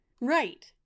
Right